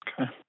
Okay